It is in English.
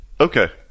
Okay